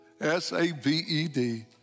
S-A-V-E-D